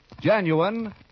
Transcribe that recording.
Genuine